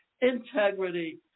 integrity